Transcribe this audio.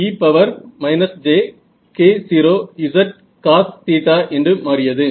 E0e jk0zcos என்று மாறியது